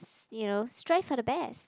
you know strive for the best